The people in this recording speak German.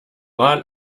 mal